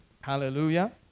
Hallelujah